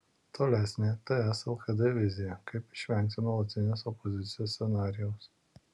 tolesnė ts lkd vizija kaip išvengti nuolatinės opozicijos scenarijaus